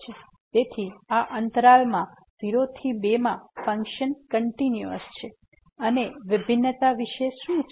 તેથી આ અંતરાલ 0 થી 2 માં ફંક્શન કંટીન્યુયસ છે અને વિભિન્નતા વિશે શું છે